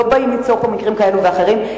לא באים ליצור פה מקרים כאלה ואחרים,